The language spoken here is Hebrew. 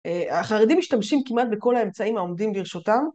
החרדים משתמשים כמעט בכל האמצעים העומדים לרשותם.